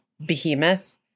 behemoth